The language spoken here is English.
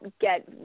get